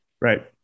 Right